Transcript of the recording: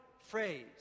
phrase